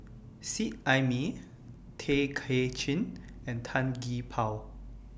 Seet Ai Mee Tay Kay Chin and Tan Gee Paw